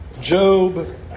Job